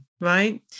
right